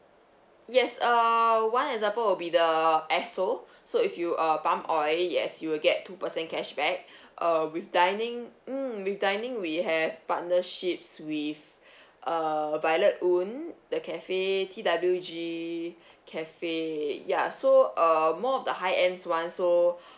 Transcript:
yes err one example will be the esso so if you uh pump oil yes you will get two percent cashback uh with dining mm with dining we have partnerships with err violet oon the cafe T_W_G cafe ya so err more of the high ends ones so